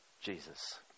Jesus